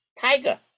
Tiger